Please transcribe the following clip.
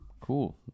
Cool